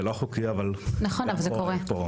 זה לא חוקי, אבל זה קורה.